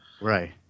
Right